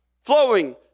flowing